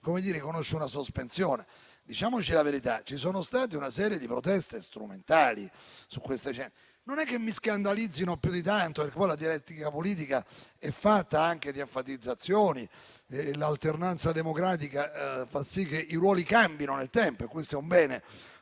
esami conosce una sospensione. Diciamoci la verità: c'è stata una serie di proteste strumentali su questa vicenda. Non è che mi scandalizzino più di tanto, perché la dialettica politica è fatta anche di enfatizzazioni. L'alternanza democratica fa sì che i ruoli cambino nel tempo e questo è un bene,